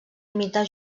imitar